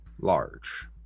large